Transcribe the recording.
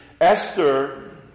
Esther